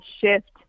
shift